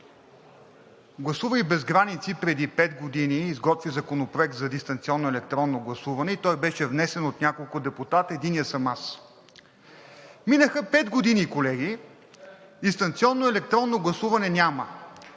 „Гласувай без граници“ преди пет години изготви Законопроект за дистанционно електронно гласуване и той беше внесен от няколко депутати, единият съм аз. Минаха пет години, колеги, дистанционно електронно гласуване няма.